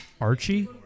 Archie